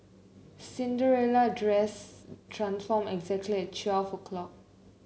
Cinderella dress transformed exactly at twelve o'clock